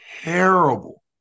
terrible